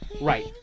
right